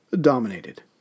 dominated